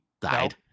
died